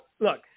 look